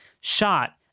shot